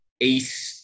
ace